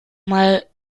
mal